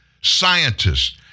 scientists